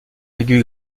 aigus